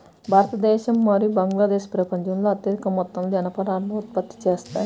భారతదేశం మరియు బంగ్లాదేశ్ ప్రపంచంలో అత్యధిక మొత్తంలో జనపనారను ఉత్పత్తి చేస్తాయి